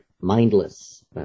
mindless